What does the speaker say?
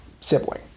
sibling